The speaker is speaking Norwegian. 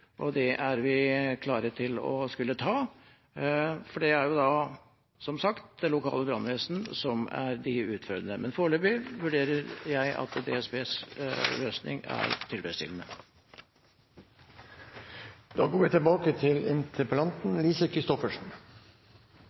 og det er vi klare til å skulle ta. Det er, som sagt, det lokal brannvesen som er de utførende. Men foreløpig vurderer jeg at DSBs løsning er tilfredsstillende. Takk til